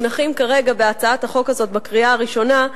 כרגע בהצעת החוק הזאת שמונחת כרגע לקריאה הראשונה.